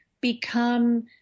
become